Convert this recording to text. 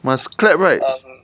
must clap right